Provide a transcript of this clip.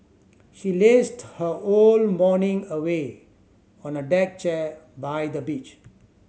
she lazed her whole morning away on a deck chair by the beach